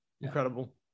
Incredible